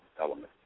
element